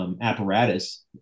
apparatus